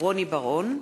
רוני בר-און,